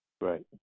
Right